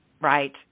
right